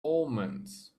omens